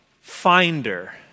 finder